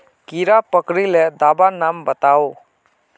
कीड़ा पकरिले दाबा नाम बाताउ?